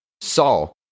Saul